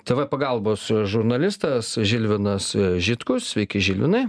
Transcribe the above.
tv pagalbos žurnalistas žilvinas žitkus sveiki žilinai